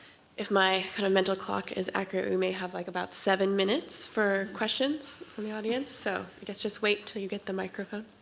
if my kind of mental clock is accurate, we may have like about seven minutes for questions from the audience. so i guess just wait until you get the microphone.